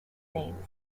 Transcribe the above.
name